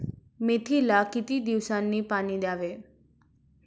मेथीला किती दिवसांनी पाणी द्यावे?